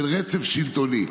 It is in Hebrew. של רצף שלטוני.